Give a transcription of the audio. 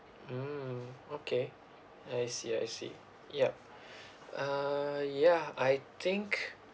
mm okay I see I see yup uh ya I think